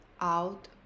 out